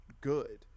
good